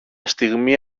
στιγμή